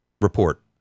report